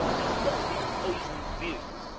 as doth his poisoned view,